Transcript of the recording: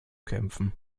kämpfen